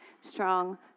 strong